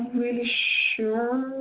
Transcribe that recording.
really sure.